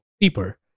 deeper